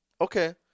Okay